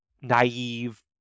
naive